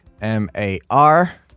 M-A-R